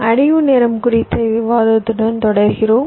அடைவு நேரம் குறித்த விவாதத்துடன் தொடர்கிறோம்